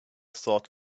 thought